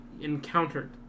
encountered